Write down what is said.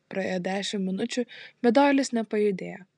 praėjo dešimt minučių bet doilis nepajudėjo